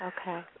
Okay